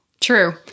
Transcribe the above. True